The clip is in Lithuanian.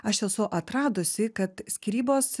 aš esu atradusi kad skyrybos